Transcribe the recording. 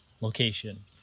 location